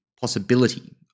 possibility